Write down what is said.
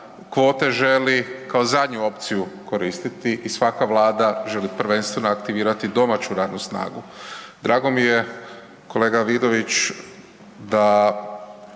kvote želi kao zadnju opciju koristiti i svaka vlada želi prvenstveno aktivirati domaću radnu snagu. Drago mi je kolega Vidović da